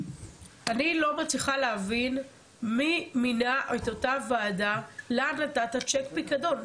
אני לא מצליחה להבין מי מינה את אותה ועדה לה נתת צ'ק פיקדון.